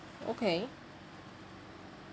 okay